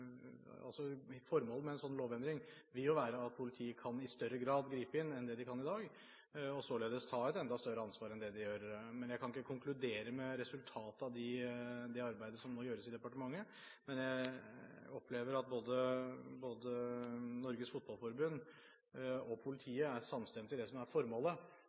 politiet kan gripe inn i større grad enn det de kan i dag, og således ta et enda større ansvar enn det de gjør. Jeg kan ikke konkludere med resultatet av det arbeidet som nå gjøres i departementet, men jeg opplever at både Norges Fotballforbund og politiet er samstemte i det som er formålet.